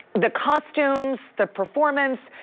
the costumes the performance,